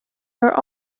are